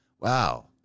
wow